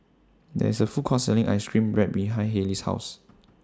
There IS A Food Court Selling Ice Cream Bread behind Hailey's House